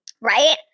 Right